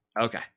okay